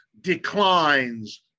declines